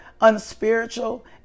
unspiritual